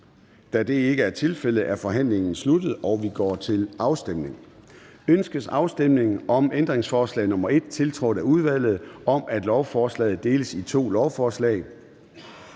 Da det ikke er tilfældet, er forhandlingen sluttet, og vi går til afstemning. Kl. 13:03 Afstemning Formanden (Søren Gade): Ønskes afstemning om ændringsforslag nr. 1, tiltrådt af udvalget, om, at lovforslaget deles i to lovforslag?